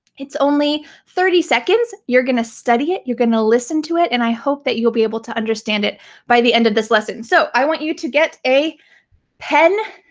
it's only thirty seconds, you're gonna study it, you're gonna listen to it, and i hope that you'll be able to understand it by the end of this lesson. so i want you to get a pen